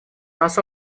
нас